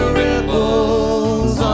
ripples